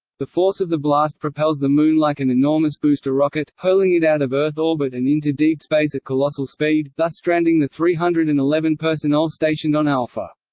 the force of the blast propels the moon like an enormous booster rocket, hurling it out of earth orbit and into deep space at colossal speed, thus stranding the three hundred and eleven personnel stationed on alpha.